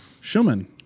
Schumann